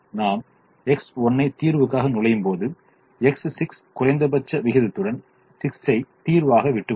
நாம் X1 ஐ தீர்வுக்காக நுழையும்போது X6 குறைந்தபட்ச விகிதத்துடன் 6 ஐ தீர்வாக விட்டுவிடும்